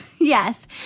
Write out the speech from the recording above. Yes